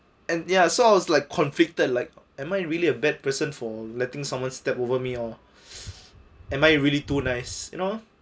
and ya so I was like conflicted like am I really a bad person for letting someone step over me or am I really too nice you know